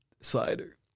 Slider